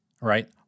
right